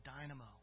dynamo